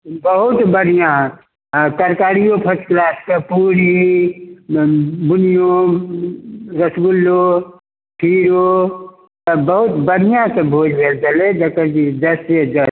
बहुत बढ़िआँ तरकारियो फर्स्ट क्लासके पूरी बूनियो रसगुल्लो खीरो सब बहुत बढ़िआँसँ भोज भेलै जेकर जे जशे जश